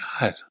God